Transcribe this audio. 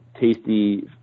tasty